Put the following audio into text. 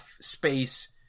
space